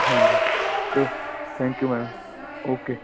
ਹਾਂਜੀ ਚਲੋ thank you ma'am okay